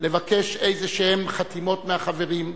לבקש איזה חתימות מהחברים.